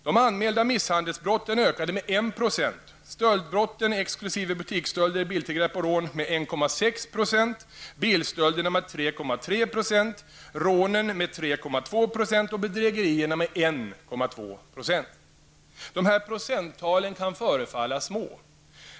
De anmälda misshandelsbrotten ökade med 1 %, stöldbrotten De här procenttalen kan förefalla små.